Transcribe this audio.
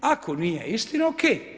Ako nije istina, OK.